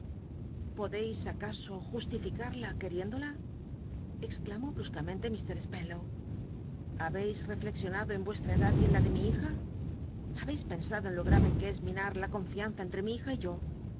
potleis acaso j uslificarla queriéndola exclamó bruscamente mt spenlow habeis refiexio nado en vuestra edad y en la de mi hija habeis pensado en lo grayc que es mina r la con lanza entre mi hija y yo